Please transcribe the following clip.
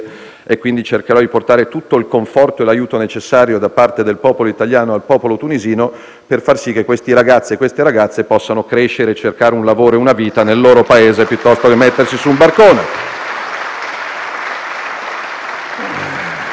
quindi cercherò di portare tutto il conforto e l'aiuto necessario da parte del popolo italiano al popolo tunisino per far sì che questi ragazzi e queste ragazze possano crescere e cercare un lavoro e una vita nel loro Paese, piuttosto che mettersi su un barcone.